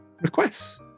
requests